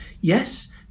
yes